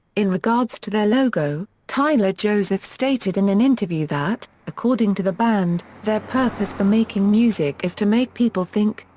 in regards to their logo, tyler joseph stated in an interview that according to the band, their purpose for making music is to make people think,